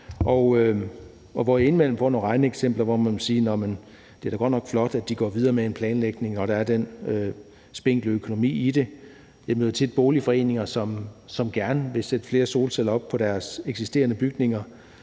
også indimellem nogle regneeksempler, hvorom man må sige: Det er godt nok flot, at de går videre med en planlægning, når der er den spinkle økonomi i det. Jeg møder tit boligforeninger, som gerne vil sætte flere solceller op på deres eksisterende bygninger,